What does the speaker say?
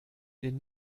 den